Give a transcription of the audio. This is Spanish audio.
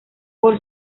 por